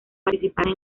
participaron